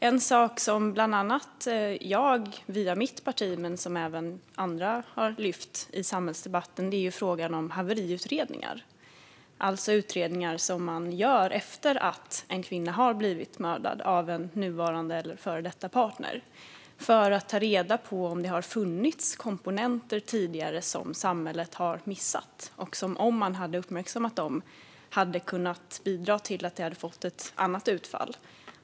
En sak som bland andra jag, via mitt parti, men även andra har lyft upp i samhällsdebatten är frågan om haveriutredningar, alltså utredningar som man gör efter att en kvinna har blivit mördad av en nuvarande eller före detta partner för att ta reda på om det har funnits komponenter tidigare som samhället har missat och om ett uppmärksammande av dessa hade kunnat bidra till ett annat utfall.